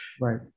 Right